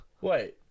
Wait